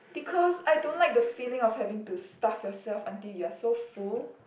because I don't like the feeling of having to stuff yourself until you're so full